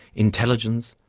intelligence,